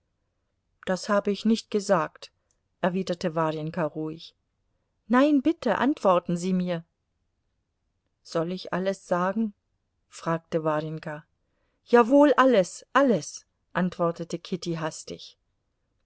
das habe ich nicht gesagt erwiderte warjenka ruhig nein bitte antworten sie mir soll ich alles sagen fragte warjenka jawohl alles alles antwortete kitty hastig